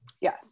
yes